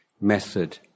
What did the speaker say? method